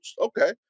okay